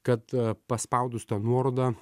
kad paspaudus tą nuorodą